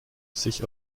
sich